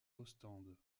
ostende